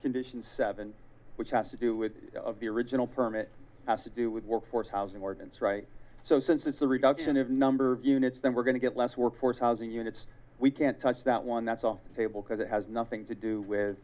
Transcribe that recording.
condition seven which has to do with the original permit has to do with workforce housing ordnance right so since it's a reduction of number of units then we're going to get less workforce housing units we can't touch that one that's our table because it has nothing to do with